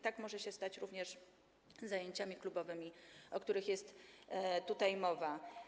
Tak może się stać również z zajęciami klubowymi, o których tutaj mowa.